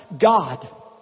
God